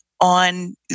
on